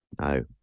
No